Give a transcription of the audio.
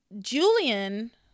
julian